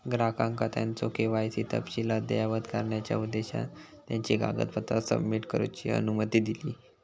ग्राहकांका त्यांचो के.वाय.सी तपशील अद्ययावत करण्याचा उद्देशान त्यांची कागदपत्रा सबमिट करूची अनुमती दिली